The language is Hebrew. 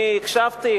הקשבתי,